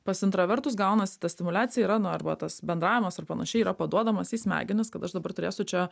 pas intravertus gaunas ta stimuliacija yra na arba tas bendravimas ar panašiai yra paduodamas į smegenis kad aš dabar turėsiu čia